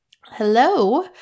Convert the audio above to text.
Hello